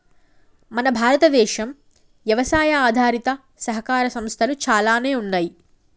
మన భారతదేనం యవసాయ ఆధారిత సహకార సంస్థలు చాలానే ఉన్నయ్యి